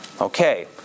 Okay